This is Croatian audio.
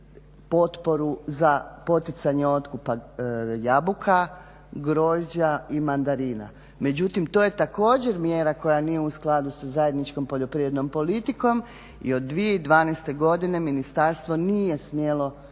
potporu za poticanje otkupa jabuka, grožđa i mandarina, međutim to je također mjera koja nije u skladu sa zajedničkom poljoprivrednom politikom i od 2012. godine Ministarstvo nije smjelo više